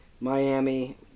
Miami